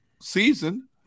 season